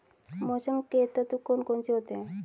मौसम के तत्व कौन कौन से होते हैं?